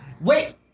Wait